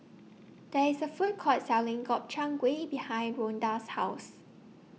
There IS A Food Court Selling Gobchang Gui behind Rhoda's House